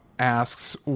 Asks